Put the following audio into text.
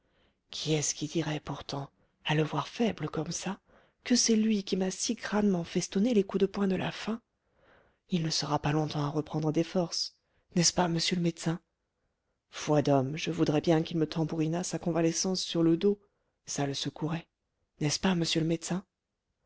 qui est-ce qui dirait pourtant à le voir faible comme ça que c'est lui qui m'a si crânement festonné les coups de poing de la fin il ne sera pas longtemps à reprendre ses forces n'est-ce pas monsieur le médecin foi d'homme je voudrais bien qu'il me tambourinât sa convalescence sur le dos ça le secouerait n'est-ce pas monsieur le médecin